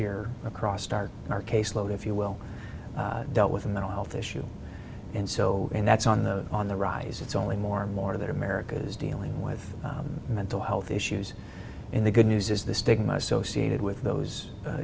year across started in our caseload if you will dealt with a mental health issue and so and that's on the on the rise it's only more and more that america is dealing with mental health issues in the good news is the stigma associated with those